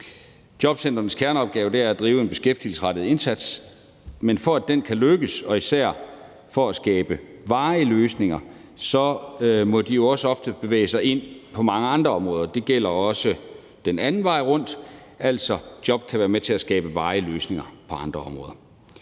Jobcentrenes kerneopgave er at drive en beskæftigelsesrettet indsats, men for at den kan lykkes, og især for at skabe varige løsninger, må de jo ofte også bevæge sig ind på mange andre områder, og det gælder også den anden vej rundt, altså at job kan være med til at skabe varige løsninger på andre områder.